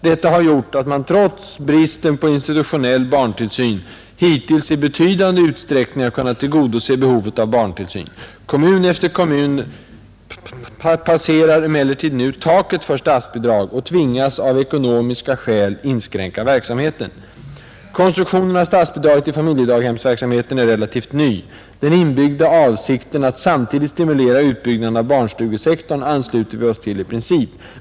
Detta har gjort att man trots bristen på institutionell barntillsyn hittills i betydande utsträckning kunnat tillgodose behovet av barntillsyn. Kommun efter kommun passerar emellertid nu ”taket” för statsbidrag och tvingas av ekonomiska skäl inskränka verksamheten. Konstruktionen av statsbidraget till familjedaghemsverksamheten är relativt ny. Den inbyggda avsikten att samtidigt stimulera utbyggnaden av barnstugesektorn ansluter vi oss till i princip.